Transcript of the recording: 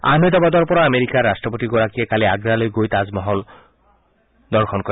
আহমেদাবাদৰ পৰা আমেৰিকাৰ ৰাট্টপতিগৰাকীয়ে কালি আগ্ৰালৈ গৈ তাজমহল দৰ্শন কৰে